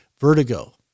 vertigo